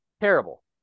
Terrible